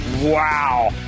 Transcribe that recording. Wow